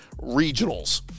regionals